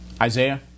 Isaiah